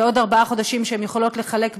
ועוד ארבעה חודשים שהם יכולות לחלק ביניהם,